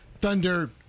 Thunder